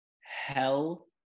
Hell